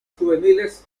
juveniles